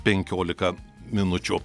penkiolika minučių